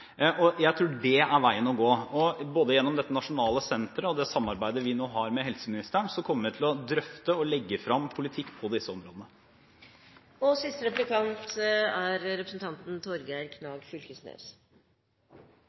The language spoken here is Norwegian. allerede? Jeg tror det er veien å gå. Både gjennom dette nasjonale senteret og det samarbeidet vi nå har med helseministeren, kommer vi til å drøfte og legge frem politikk på disse områdene. Eg trur intensjonen med forslaget var meir enn at vi berre skal kome med gode råd til kommunane og